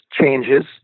changes